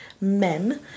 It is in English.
men